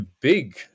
big